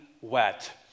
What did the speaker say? wet